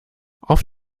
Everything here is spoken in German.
auf